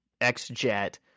X-Jet